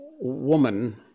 woman